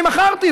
אני מכרתי,